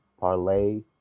Parlay